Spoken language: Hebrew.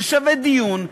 זה שווה דיון,